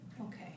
Okay